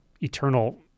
eternal